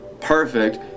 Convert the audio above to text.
perfect